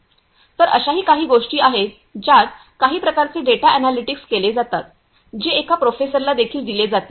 तर अशाही काही गोष्टी आहेत ज्यात काही प्रकारचे डेटा अनालिटिक्स केले जातात जे एका प्रोफेसरला देखील दिले जातील